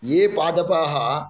ये पादपाः